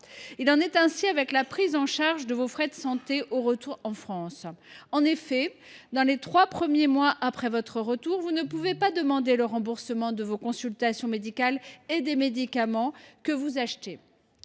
Il en est ainsi de la prise en charge de vos frais de santé au retour en France. En effet, dans les trois premiers mois après celui ci, vous ne pouvez pas demander le remboursement de vos consultations médicales et des médicaments que vous achetez.